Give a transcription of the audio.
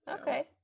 okay